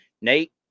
Nate